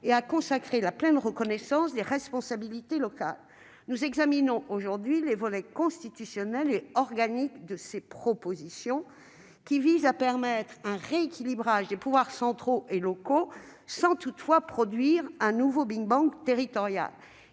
et à consacrer la pleine reconnaissance des responsabilités locales. Nous examinons aujourd'hui les volets constitutionnel et organique de ces textes, qui visent à permettre un rééquilibrage des pouvoirs entre l'État et les collectivités locales sans toutefois provoquer un nouveau « big-bang territorial